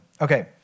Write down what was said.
Okay